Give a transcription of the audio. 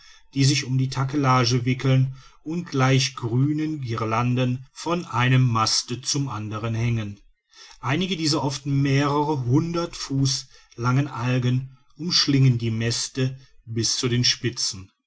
die sich um die takelage wickeln und gleich grünen guirlanden von einem maste zum anderen hängen einige dieser oft mehrere hundert fuß langen algen umschlingen die maste bis zu den spitzen